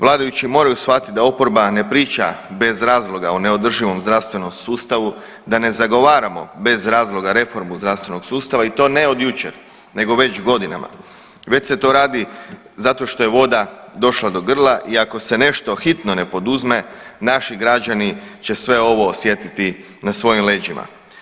Vladajući moraju shvatiti da oporba ne priča bez razloga o neodrživom zdravstvenom sustavu, da ne zagovaramo bez razloga reformu zdravstvenog sustava i to ne od jučer nego već godinama, već se to radi zato što je voda došla do grla i ako se nešto hitno ne poduzme naši građani će sve ovo osjetiti na svojim leđima.